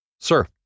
Sir